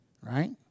right